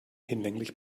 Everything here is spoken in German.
hinlänglich